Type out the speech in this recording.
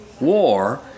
war